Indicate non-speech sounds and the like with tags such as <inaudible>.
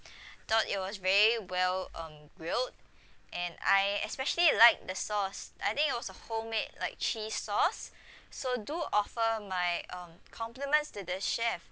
<breath> thought it was very well um grilled and I especially like the sauce I think it was a homemade like cheese sauce <breath> so do offer my um compliments to the chef